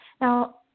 Now